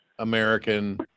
American